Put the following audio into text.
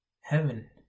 heaven